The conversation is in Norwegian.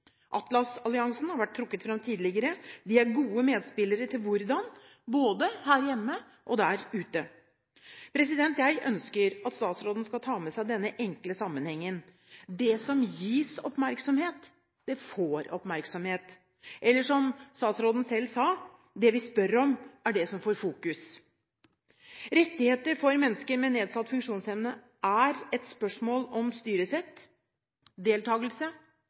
har vært trukket fram tidligere. De er gode medspillere, både her hjemme og der ute. Jeg ønsker at statsråden skal ta med seg denne enkle sammenhengen: Det som gis oppmerksomhet, får oppmerksomhet – eller som statsråden selv sa: Det vi spør om, er det som får fokus. Rettigheter for mennesker med nedsatt funksjonsevne, er et spørsmål om styresett, deltagelse,